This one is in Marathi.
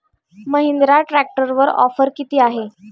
महिंद्रा ट्रॅक्टरवर ऑफर किती आहे?